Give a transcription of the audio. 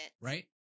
right